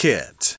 Kit